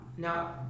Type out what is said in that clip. Now